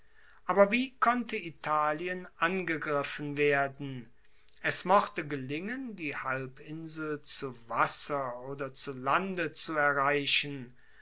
aber wie konnte italien angegriffen werden es mochte gelingen die halbinsel zu wasser oder zu lande zu erreichen